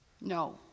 No